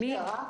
יש לזה מענה.